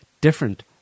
different